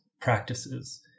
practices